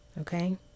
okay